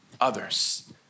others